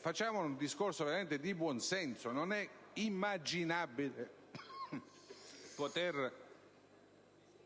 Facciamo un discorso di buon senso: non è immaginabile poter